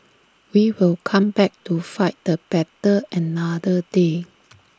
we will come back to fight the battle another day